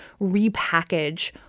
repackage